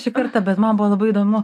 šį kartą bet man buvo labai įdomu